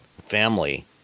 family